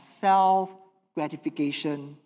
self-gratification